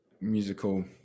musical